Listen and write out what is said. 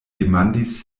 demandis